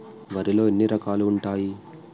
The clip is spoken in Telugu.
వరిలో ఎన్ని రకాలు ఉంటాయి?